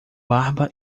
barba